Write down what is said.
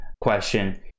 question